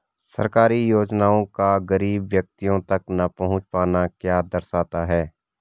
सरकारी योजनाओं का गरीब व्यक्तियों तक न पहुँच पाना क्या दर्शाता है?